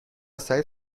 سعید